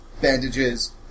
bandages